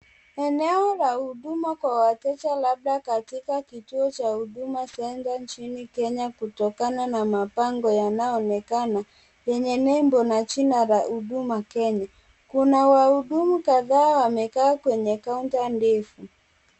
Eneo la huduma kwa watoto labda katika kituo cha Huduma Centre nchini Kenya kutokana na mapango yanayoonekana yenye nembo na jina la Huduma Kenya, kuna wahudumu kadhaa wamekaa kwenye counter ndefu.